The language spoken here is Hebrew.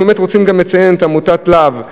אנחנו באמת רוצים לציין את עמותת לה"ב,